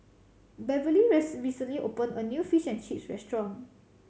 Beverlee recently opened a new Fish and Chips restaurant